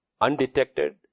undetected